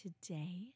today